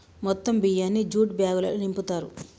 మొత్తం బియ్యాన్ని జ్యూట్ బ్యాగులల్లో నింపుతారు